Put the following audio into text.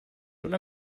oder